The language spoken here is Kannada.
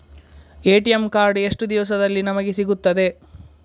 ಎ.ಟಿ.ಎಂ ಕಾರ್ಡ್ ಎಷ್ಟು ದಿವಸದಲ್ಲಿ ನಮಗೆ ಸಿಗುತ್ತದೆ?